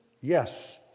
Yes